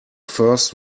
first